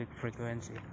frequency